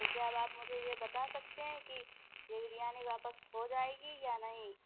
تو کیا اب آپ مجھے یہ بتا سکتے ہیں کہ یہ بریانی واپس ہو جائے گی یا نہیں